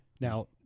Now